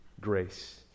Grace